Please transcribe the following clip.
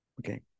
Okay